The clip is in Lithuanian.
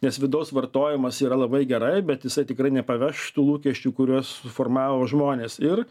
nes vidaus vartojimas yra labai gerai bet jisai tikrai nepaveš tų lūkesčių kuriuos formavo žmonės ir